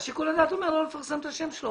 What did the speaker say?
אז שיקול הדעת אומר לא לפרסם את השם שלו.